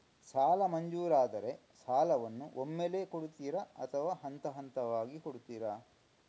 ಸಾಲ ಮಂಜೂರಾದರೆ ಸಾಲವನ್ನು ಒಮ್ಮೆಲೇ ಕೊಡುತ್ತೀರಾ ಅಥವಾ ಹಂತಹಂತವಾಗಿ ಕೊಡುತ್ತೀರಾ?